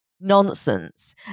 nonsense